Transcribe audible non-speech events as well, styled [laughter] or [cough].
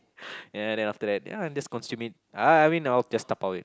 [breath] ya then after ya I'm just consume it uh I mean I will just dabao it